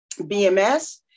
BMS